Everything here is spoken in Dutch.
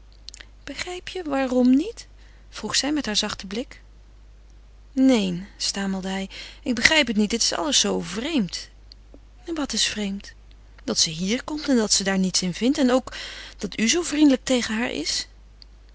begrijp je waarom niet vroeg zij met haar zachten blik neen stamelde hij ik begrijp het niet het is alles zoo vreemd wat is vreemd dat ze hier komt en dat ze daar niets in vindt en ook dat u zoo vriendelijk tegen haar is